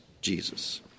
Jesus